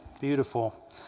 Beautiful